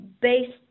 based